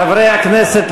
חברי הכנסת,